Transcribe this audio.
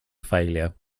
failure